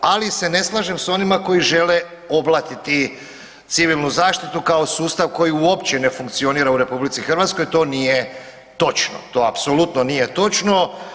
Ali se ne slažem s onima koji žele oblatiti civilnu zaštitu kao sustav koji uopće ne funkcionira u RH, to nije točno, to apsolutno nije točno.